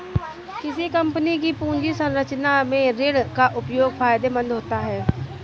किसी कंपनी की पूंजी संरचना में ऋण का उपयोग फायदेमंद होता है